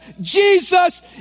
Jesus